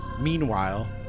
Meanwhile